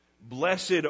Blessed